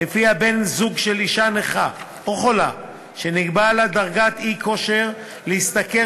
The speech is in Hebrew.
שלפיה בן-זוג של אישה נכה או חולה שנקבעה לה דרגת אי-כושר להשתכר